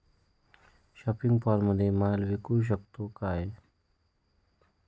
Shopping मॉलमध्ये माल विकू शकतो का?